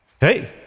Hey